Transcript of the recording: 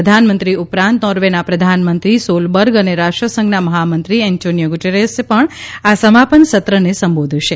પ્રધાનમંત્રી ઉપરાંત નોર્વેના પ્રધાનમંત્રી સોલબર્ગ અને રાષ્ટ્ર સંઘના મહામંત્રી એન્ટોનિયો ગુટેરેસ પણ સમાપન સત્રને સંબોધશે